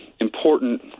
important